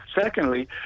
Secondly